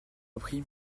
appris